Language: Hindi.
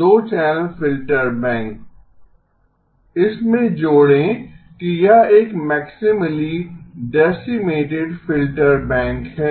2 चैनल फिल्टर बैंक इस में जोड़ें कि यह एक मैक्सिमली डैसीमेटेड फ़िल्टर बैंक है